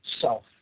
self